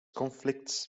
conflicts